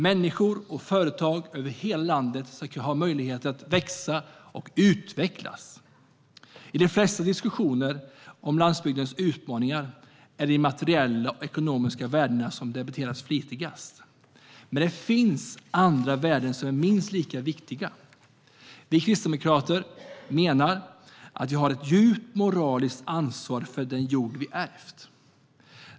Människor och företag över hela landet ska ha möjlighet att växa och utvecklas. I de flesta diskussioner om landsbygdens utmaningar är det de materiella och ekonomiska värdena som debatteras flitigast. Men det finns andra värden som är minst lika viktiga. Vi kristdemokrater menar att vi har ett djupt moraliskt ansvar för den jord vi ärvt.